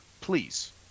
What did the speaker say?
please